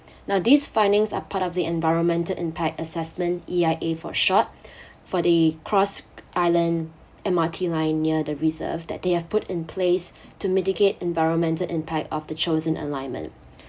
now these findings are part of the environmental impact assessment E_I_A for short for the cross island M_R_T line near the reserve that they have put in place to mitigate environmental impact of the chosen alignment